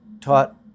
taught